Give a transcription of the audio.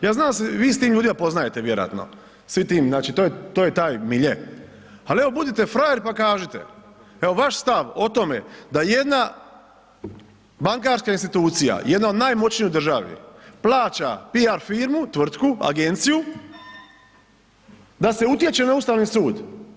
Ja znam da se vi s tim ljudima poznajete vjerojatno svim tim, znači to je taj milje, ali evo budite frajer pa kažite, vaš stav o tome da jedna bankarska institucija, jedna od najmoćnijih u državi plaća PR firmu, tvrtku, agenciju da se utječe na Ustavni su.